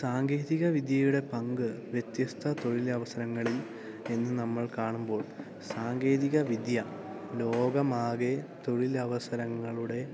സാങ്കേതികവിദ്യയുടെ പങ്ക് വ്യത്യസ്ത തൊഴിലവസരങ്ങളിൽ എന്ന് നമ്മൾ കാണുമ്പോൾ സാങ്കേതിക വിദ്യ ലോകമാകെ തൊഴിലവസരങ്ങളുടെ